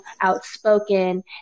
outspoken